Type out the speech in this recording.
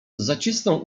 zacisnął